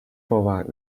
forward